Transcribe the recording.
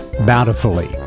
bountifully